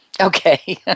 Okay